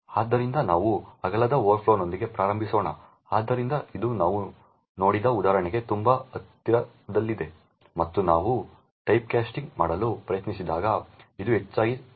ಆದ್ದರಿಂದ ನಾವು ಅಗಲದ ಓವರ್ಫ್ಲೋನೊಂದಿಗೆ ಪ್ರಾರಂಭಿಸೋಣ ಆದ್ದರಿಂದ ಇದು ನಾವು ನೋಡಿದ ಉದಾಹರಣೆಗೆ ತುಂಬಾ ಹತ್ತಿರದಲ್ಲಿದೆ ಮತ್ತು ನಾವು ಟೈಪ್ಕಾಸ್ಟಿಂಗ್ ಮಾಡಲು ಪ್ರಯತ್ನಿಸಿದಾಗ ಇದು ಹೆಚ್ಚಾಗಿ ಸಂಬಂಧಿಸಿದೆ